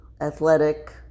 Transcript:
athletic